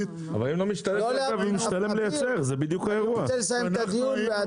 אני רוצה לסיים את הדיון.